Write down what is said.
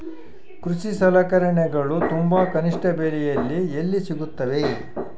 ಕೃಷಿ ಸಲಕರಣಿಗಳು ತುಂಬಾ ಕನಿಷ್ಠ ಬೆಲೆಯಲ್ಲಿ ಎಲ್ಲಿ ಸಿಗುತ್ತವೆ?